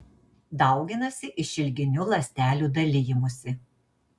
dauginasi išilginiu ląstelių dalijimusi